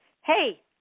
hey